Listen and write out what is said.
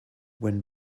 when